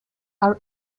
are